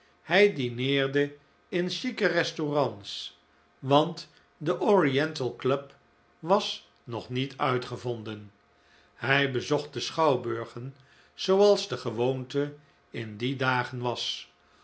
hij dineerde in chique restaurants want de oriental club was nog niet uitgevonden hij bezocht de schouwburgen zooals de gewoonte in die dagen was